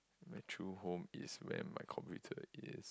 the true home is where my computer is